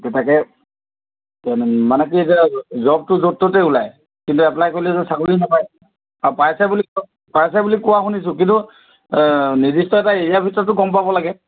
তাকে মানে কি হৈছে জবটো য'ত ত'তে ওলায় কিন্তু এপ্লাই কৰিলেতো চাকৰি নাপায় পাইছে বুলি পাইছে বুলি কোৱা শুনিছোঁ কিন্তু নিৰ্দিষ্ট এটা এৰিয়া ভিতৰত গম পাব লাগে